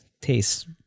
tastes